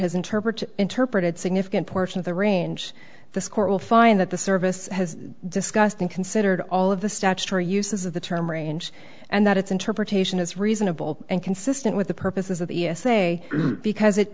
has interpreted interpreted significant portion of the range the court will find that the service has discussed and considered all of the statutory uses of the term range and that its interpretation is reasonable and consistent with the purposes of the essay because it